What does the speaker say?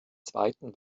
zweiten